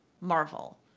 Marvel